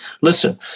listen